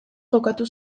jokatu